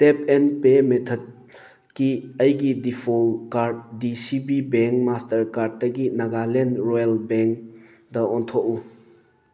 tap and pay method ꯀꯤ ꯑꯩꯒꯤ default card D C B bank master card ꯇꯒꯤ Nagaland rural ꯕꯦꯡꯇ ꯑꯣꯟꯊꯣꯛꯎ